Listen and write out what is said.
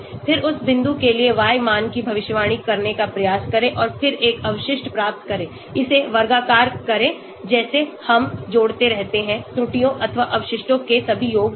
फिर उस बिंदु के लिए y मान की भविष्यवाणी करने का प्रयास करें और फिर एक अवशिष्ट प्राप्त करें इसे वर्गाकार करें जैसे हम जोड़ते रहते हैं त्रुटियों अथवा अवशिष्टों के सभी योगों को